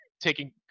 taking